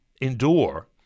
endure